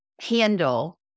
handle